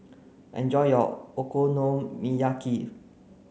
enjoy your Okonomiyaki